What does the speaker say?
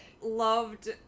loved